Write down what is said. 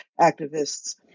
activists